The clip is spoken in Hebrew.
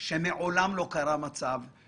אף פעם לא היה רגולטור